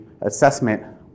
assessment